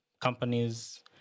companies